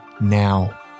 now